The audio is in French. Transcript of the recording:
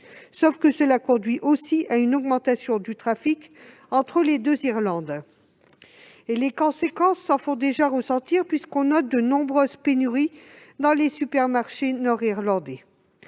Mais cela conduit aussi à une augmentation du trafic entre les deux Irlande. Les conséquences s'en font déjà ressentir, puisqu'on note de nombreuses pénuries dans les supermarchés nord-irlandais.